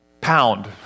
pound